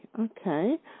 Okay